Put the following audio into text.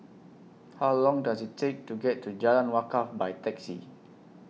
How Long Does IT Take to get to Jalan Wakaff By Taxi